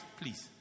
please